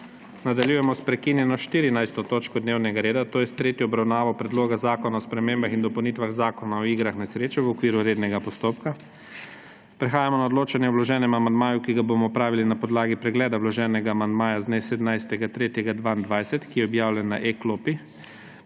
Nadaljujemo sprekinjeno 14. točko dnevnega reda, to je s tretjo obravnavo Predloga zakona o spremembah in dopolnitvah Zakona o igrah na srečo v okviru rednega postopka. Prehajamo na odločanje o vloženem amandmaju, ki ga bomo opravili na podlagi pregleda vloženega amandmaja z dne 17. 3. 2022, ki je objavljen na e-klopi.